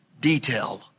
detail